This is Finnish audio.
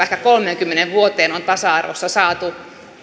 ehkä kolmeenkymmeneen vuoteen on tasa arvossa saatu